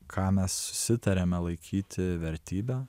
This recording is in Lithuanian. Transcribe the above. ką mes susitarėme laikyti vertybe